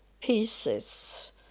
pieces